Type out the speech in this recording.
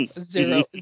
Zero